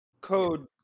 code